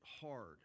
hard